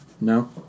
No